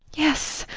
yes,